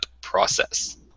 process